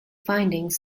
findings